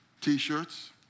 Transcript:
T-shirts